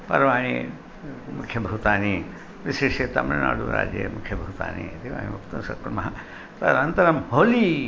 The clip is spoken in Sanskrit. पर्वाणि मुख्यभूतानि विशिष्य तमिल्नाडुराज्ये मुख्यभूतानि इति वयं वक्तुं शक्नुमः तदनन्तरं होलिका